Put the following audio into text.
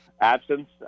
absence